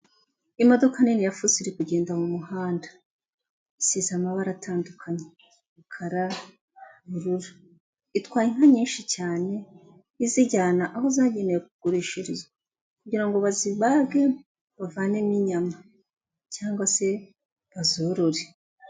Imodoka nini ya fuso iri kugenda mu muhanda, isize amabara atandukanye umukara, uburura, itwaye inka nyinshi cyane izijyana aho zagenewe kugurishirizwa, kugira ngo bazibage bavanemo inyama cyangwa se bazorore.